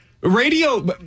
radio